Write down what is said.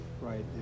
Right